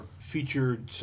featured